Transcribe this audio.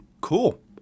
cool